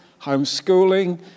homeschooling